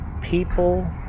people